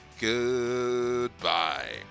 Goodbye